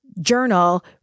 journal